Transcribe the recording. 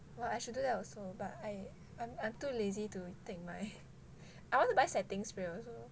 !wah! I should do that also but I I'm I'm too lazy to take my I want to buy setting spray also